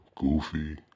Goofy